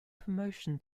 promotion